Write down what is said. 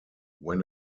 when